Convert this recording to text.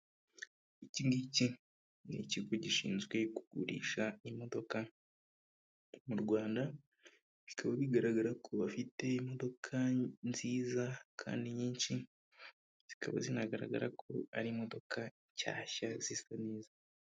Ikingiki ni ikigo gishinzwe kugurisha imodoka mu rwanda bikaba bigaragara ko bafite imodoka nziza kandi nyinshi zikaba zinagaragara ko ari imodoka nshyashya zisa neza.